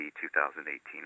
2018